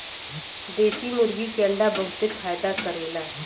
देशी मुर्गी के अंडा बहुते फायदा करेला